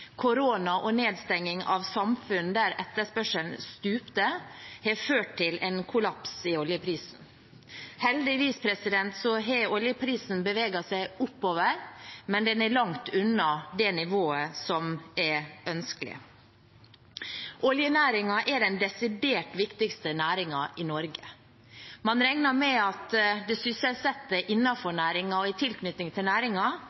korona og nedstenging av samfunnet, der etterspørselen stupte, har ført til en kollaps i oljeprisen. Heldigvis har oljeprisen beveget seg oppover, men den er langt unna det nivået som er ønskelig. Oljenæringen er den desidert viktigste næringen i Norge. Man regner med at de sysselsatte i næringen og de som har i tilknytning til næringen, er over 200 000 mennesker. Det